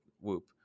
Whoop